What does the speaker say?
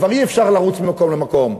כבר אי-אפשר לרוץ ממקום למקום.